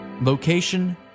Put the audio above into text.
Location